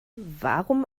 warum